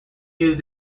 used